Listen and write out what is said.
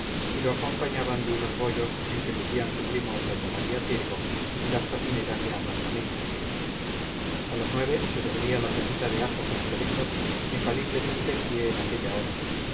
y lo acompañaban de unos bollos en que lucían su primor doña maría tirgo y las cocineras de ambas familias a las nueve se servía la sopita de ajo con chorizo infalible tentempié en aquella hora